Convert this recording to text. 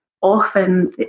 often